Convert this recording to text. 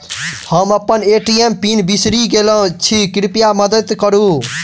हम अप्पन ATM PIN बिसरि गेल छी कृपया मददि करू